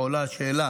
כשעולה השאלה